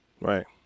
Right